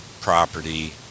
property